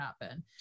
happen